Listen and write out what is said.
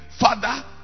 father